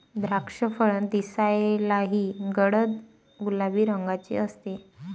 द्राक्षफळ दिसायलाही गडद गुलाबी रंगाचे असते